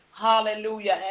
Hallelujah